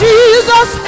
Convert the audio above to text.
Jesus